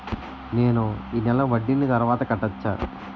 నేను ఈ నెల వడ్డీని తర్వాత కట్టచా?